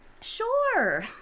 sure